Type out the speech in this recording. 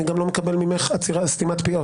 אני גם לא מקבל ממך סתימת פיות.